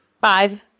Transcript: Five